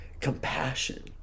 compassion